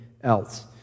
else